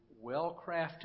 well-crafted